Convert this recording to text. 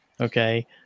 Okay